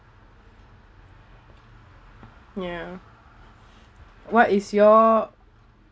ya what is your